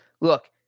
look